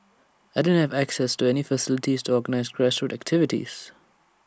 I didn't have access to any facilities to organise grassroots activities